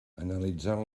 analitzant